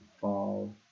fall